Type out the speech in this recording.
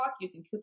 using